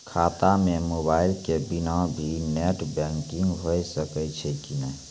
खाता म मोबाइल के बिना भी नेट बैंकिग होय सकैय छै कि नै?